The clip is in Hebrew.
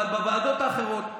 אבל בוועדות האחרות אין,